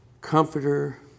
Comforter